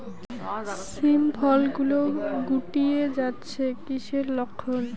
শিম ফল গুলো গুটিয়ে যাচ্ছে কিসের লক্ষন?